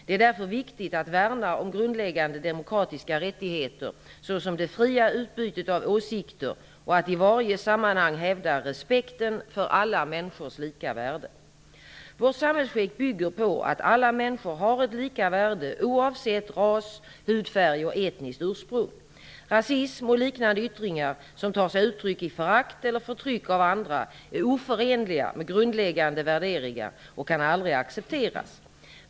Det är därför viktigt att värna grundläggande demokratiska rättigheter, såsom det fria utbytet av åsikter och att i varje sammanhang hävda respekten för alla människors lika värde. Vårt samhällsskick bygger på att alla människor har ett lika värde oavsett ras, hudfärg och etniskt ursprung. Rasism och liknande yttringar som tar sig uttryck i förakt eller förtryck av andra är oförenliga med grundläggande värderingar och kan aldrig accepteras.